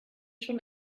schon